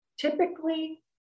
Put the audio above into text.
Typically